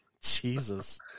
Jesus